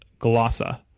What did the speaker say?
glossa